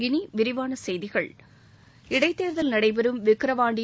இனி விரிவான செய்திகள் இடைத்தேர்தல் நடைபெறும் விக்கிரவாண்டி